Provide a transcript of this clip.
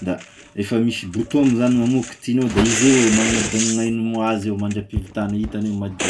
da efa misy bouton moa zany gn'amignao ao io kitihignao da izy avao magnodign'ny gn'aigny ho azy ao mandram-pivitagny hitany hoe madio izy.